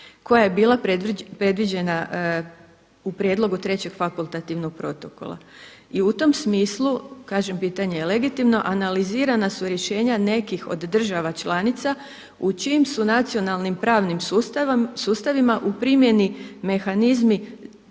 koja je bila predviđena u prijedlogu trećeg fakultativnog protokola. I u tom smislu, kažem pitanje je legitimno analizirana su rješenja nekih od država članica u čijim su nacionalnim pravnim sustavima u primjeni mehanizmi